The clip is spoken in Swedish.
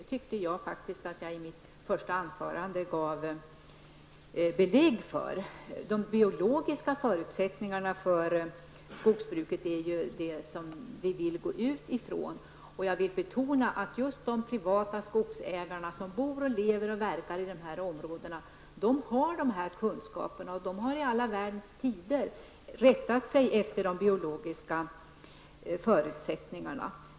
Det tyckte jag att jag gav belägg för i mitt första anförande. De biologiska förutsättningarna för skogsbruket är ju vad vi vill utgå från. Jag betonar att just de privata skogsägarna, som bor, lever och verkar i dessa områden, har goda kunskaper på detta område. De har i alla tider rättat sig efter de biologiska förutsättningarna.